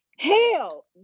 Hell